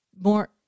more